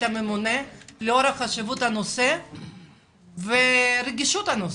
הממונה לאור חשיבות הנושא ורגישות הנושא?